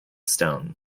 stone